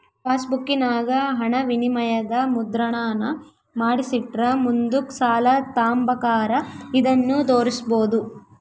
ಪಾಸ್ಬುಕ್ಕಿನಾಗ ಹಣವಿನಿಮಯದ ಮುದ್ರಣಾನ ಮಾಡಿಸಿಟ್ರ ಮುಂದುಕ್ ಸಾಲ ತಾಂಬಕಾರ ಇದನ್ನು ತೋರ್ಸ್ಬೋದು